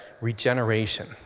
regeneration